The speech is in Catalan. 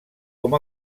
com